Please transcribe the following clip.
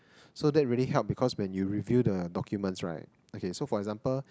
so that really help because when you review the documents right okay so for example